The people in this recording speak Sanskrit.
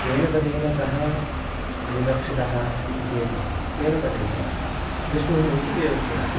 तेन पदेन कः विवक्षितः इति चेत् तेन पदेन विष्णुः इति विवक्षितः